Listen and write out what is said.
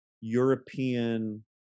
european